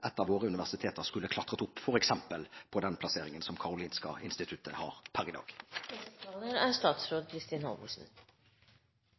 et av våre universiteter skulle klatret opp, f.eks. på den plasseringen som Karolinska Institutet har per i dag?